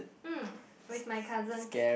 mm with my cousins